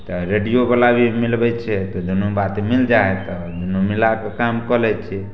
तऽ रेडियोवला भी मिलबय छियै तऽ दुन्नू बात मिल जाइ हइ तऽ दुन्नू मिलाके उ काम कऽ लै छी